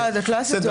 לא, זאת לא הסיטואציה.